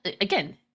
again